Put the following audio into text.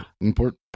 Important